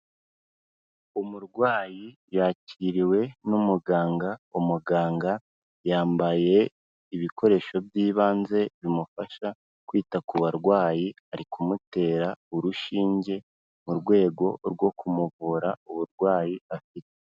Umurwayi yakiriwe n'umuganga, umuganga yambaye ibikoresho by'ibanze bimufasha kwita ku barwayi ari kumutera urushinge mu rwego rwo kumuvura uburwayi afite.